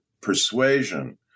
persuasion